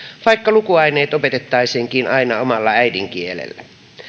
vaikka lukuaineet opetettaisiinkin aina omalla äidinkielellä